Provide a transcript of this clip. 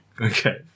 Okay